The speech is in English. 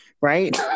right